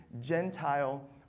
Gentile